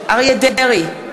אריה דרעי,